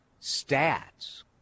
stats